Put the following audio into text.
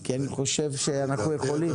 כי אני חושב שאנחנו יכולים.